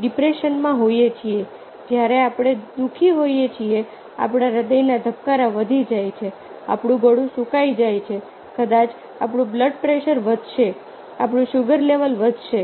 ડિપ્રેશનમાં હોઈએ છીએ જ્યારે આપણે દુઃખી હોઈએ છીએ આપણા હૃદયના ધબકારા વધી જાય છે આપણું ગળું સુકાઈ જાય છે કદાચ આપણું બ્લડ પ્રેશર વધશે આપણું સુગર લેવલ વધશે